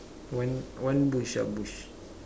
one one bush ah bush